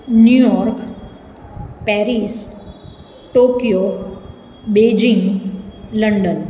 new York Paris Tokyo Beijing London